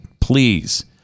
please